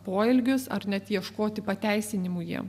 poelgius ar net ieškoti pateisinimų jiem